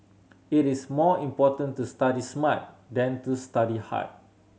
it is more important to study smart than to study hard